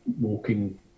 walking